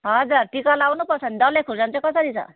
हजुर टिका लाउनुपर्छ नि डल्ले खोर्सानी चाहिँ कसरी छ